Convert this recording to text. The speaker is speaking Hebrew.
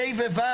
כיתות ה'-ו'.